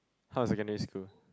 how is secondary school